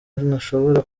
ntashobora